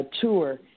tour